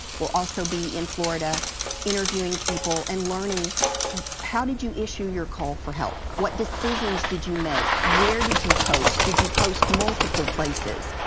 we'll also be in florida interviewing people and learning how did you issue your call for help? what decisions did you make? where did you post? did you post multiple places?